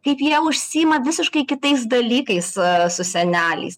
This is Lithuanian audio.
kaip jie užsiima visiškai kitais dalykais su seneliais